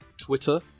Twitter